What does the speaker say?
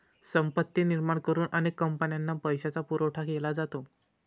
संपत्ती निर्माण करून अनेक कंपन्यांना पैशाचा पुरवठा केला जातो